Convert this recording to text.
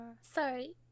sorry